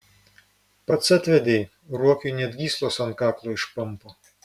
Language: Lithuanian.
pats atvedei ruokiui net gyslos ant kaklo išpampo